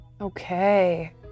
Okay